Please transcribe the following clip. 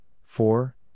four